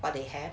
what they have